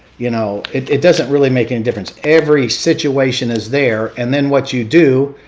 you know it it doesn't really make any difference. every situation is there. and then what you do,